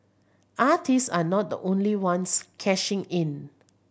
artists are not the only ones cashing in